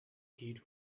kid